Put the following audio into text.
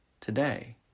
today